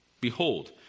behold